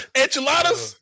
enchiladas